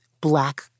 black